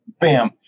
Bam